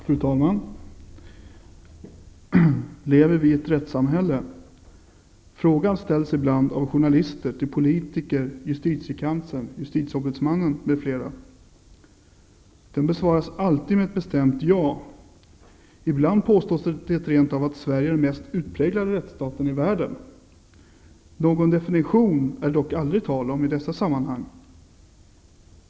Fru talman! Lever vi i ett rättssamhälle? Frågan ställs ibland av journalister till politiker, justitiekanslern, justitieombudsmannen m.fl. Den besvaras alltid med ett bestämt ja. Ibland påstås det rentav att Sverige är den mest utpräglade rättsstaten i världen. Någon definition är det dock aldrig tal om i dessa sammanhang.